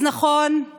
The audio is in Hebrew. אז נכון,